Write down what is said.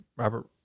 Robert